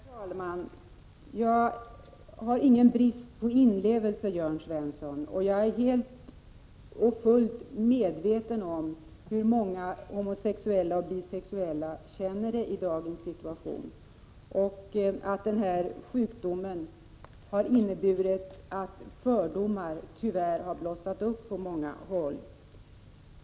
Herr talman! Jag har ingen brist på inlevelse, Jörn Svensson. Jag är helt och fullt medveten om hur många homooch bisexuella känner det i dagens situation och att denna sjukdom har inneburit att fördomar tyvärr har blossat upp på många håll.